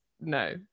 no